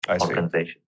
organization